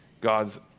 God's